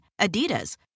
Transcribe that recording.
Adidas